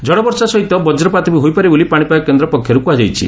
ଝଡ଼ବର୍ଷା ସହିତ ବକ୍ରପାତ ବି ହୋଇପାରେ ବୋଲି ପାଶିପାଗ କେନ୍ଦ୍ର ପକ୍ଷରୁ କୁହାଯାଇଛି